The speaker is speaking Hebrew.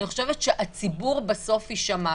הציבור בסוף יישמע.